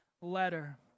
letter